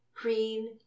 green